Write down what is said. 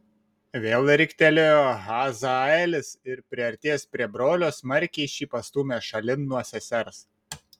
vėl riktelėjo hazaelis ir priartėjęs prie brolio smarkiai šį pastūmė šalin nuo sesers